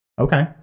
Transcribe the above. Okay